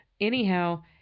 Anyhow